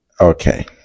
Okay